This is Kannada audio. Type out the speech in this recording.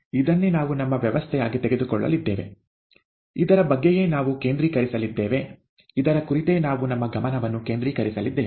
ಇದನ್ನೇ ನಾವು ನಮ್ಮ ವ್ಯವಸ್ಥೆಯಾಗಿ ತೆಗೆದುಕೊಳ್ಳಲಿದ್ದೇವೆ ಇದರ ಬಗ್ಗೆಯೇ ನಾವು ಕೇಂದ್ರೀಕರಿಸಲಿದ್ದೇವೆ ಇದರ ಕುರಿತೇ ನಾವು ನಮ್ಮ ಗಮನವನ್ನು ಕೇಂದ್ರೀಕರಿಸಲಿದ್ದೇವೆ